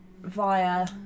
via